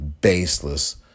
baseless